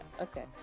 Okay